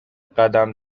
قدم